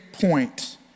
point